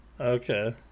okay